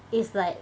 it's like